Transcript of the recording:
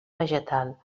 vegetal